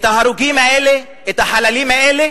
ההרוגים האלה, את החללים האלה